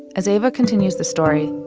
as eva continues the story,